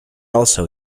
also